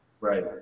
Right